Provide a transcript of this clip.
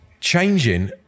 changing